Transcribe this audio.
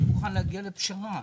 להגיע לפשרה.